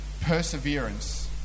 perseverance